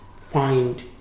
find